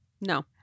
No